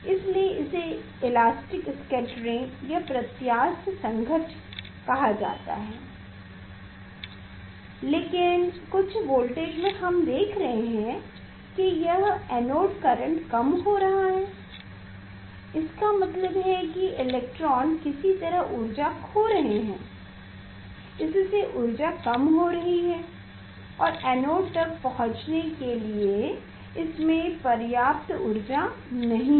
इसीलिए इसे elastic scattering प्रत्यास्थ संघट्ट कहा जाता है लेकिन कुछ वोल्टेज में हम देख रहे हैं कि यह एनोड करंट कम हो रहा है इसका मतलब है कि इलेक्ट्रॉन किसी तरह ऊर्जा खो रहे हैं इससे ऊर्जा कम हो रही है और एनोड तक पहुंचने के लिए इसमें पर्याप्त ऊर्जा नहीं है